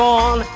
on